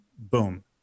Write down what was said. Boom